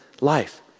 life